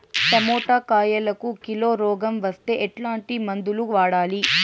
Tomato కాయలకు కిలో రోగం వస్తే ఎట్లాంటి మందులు వాడాలి?